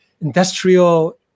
industrial